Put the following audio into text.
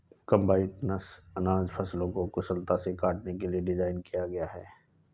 combines अनाज फसलों को कुशलता से काटने के लिए डिज़ाइन किया गया है